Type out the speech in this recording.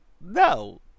no